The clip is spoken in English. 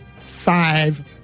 five